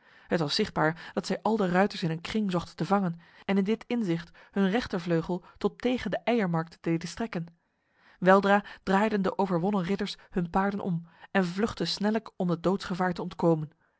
het was zichtbaar dat zij al de ruiters in een kring zochten te vangen en in dit inzicht hun rechtervleugel tot tegen de eiermarkt deden strekken weldra draaiden de overwonnen ridders hun paarden om en vluchtten snellijk om het doodsgevaar te ontkomen